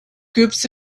groups